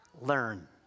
learn